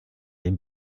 den